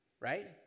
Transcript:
right